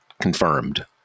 confirmed